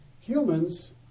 Humans